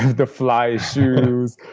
the fly-est shoes.